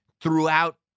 throughout